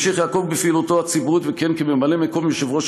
המשיך יעקב בפעילותו הציבורית וכיהן כממלא-מקום יושב-ראש